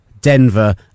Denver